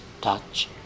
touch